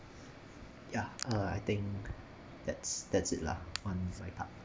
ya uh I think that's that's it lah